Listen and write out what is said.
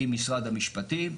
עם משרד המשפטים.